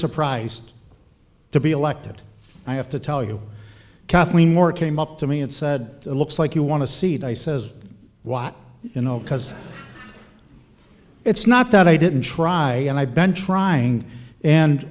surprised to be elected i have to tell you kathleen moore came up to me and said looks like you want to see it i says watch because it's not that i didn't try and i've been trying and